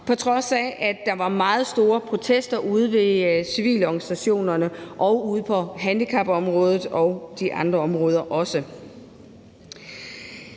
på trods af at der var meget store protester ude i civilsamfundsorganisationerne på handicapområdet og på andre områder også.